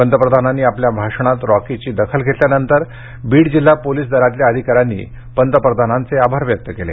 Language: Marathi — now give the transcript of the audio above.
पंतप्रधानांनी आपल्या भाषणात रॉकीची दखल घेतल्यानंतर बीड जिल्हा पोलिस दलातल्या अधिका यांनी पंतप्रधानांचे आभार व्यक्त केले